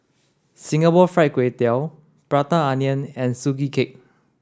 Singapore Fried Kway Tiao Prata Onion and Sugee Cake